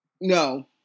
No